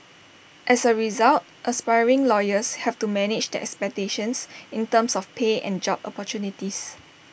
as A result aspiring lawyers have to manage their expectations in terms of pay and job opportunities